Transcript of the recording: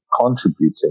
contributing